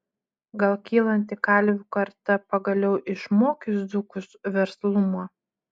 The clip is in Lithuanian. gal kylanti kalvių karta pagaliau išmokys dzūkus verslumo